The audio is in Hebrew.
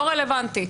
לא רלוונטי.